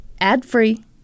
ad-free